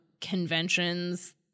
conventions